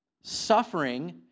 suffering